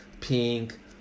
pink